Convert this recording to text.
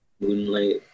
Moonlight